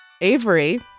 Avery